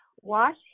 Wash